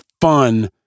fun